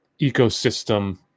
ecosystem